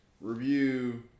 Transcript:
review